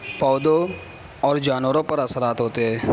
پودوں اور جانوروں پر اثرات ہوتے ہیں